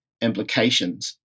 implications